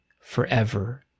forever